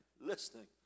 listening